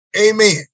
Amen